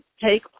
take